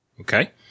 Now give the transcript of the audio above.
Okay